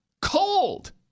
cold